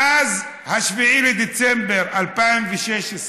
מאז 7 בדצמבר 2016,